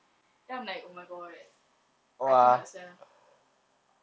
then I'm like oh my god I cannot sia